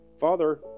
Father